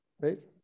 Right